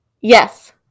Yes